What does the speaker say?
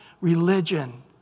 religion